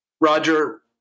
Roger